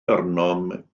arnom